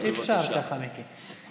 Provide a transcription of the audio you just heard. אי-אפשר ככה, מיקי.